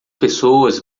pessoas